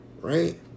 Right